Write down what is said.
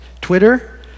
Twitter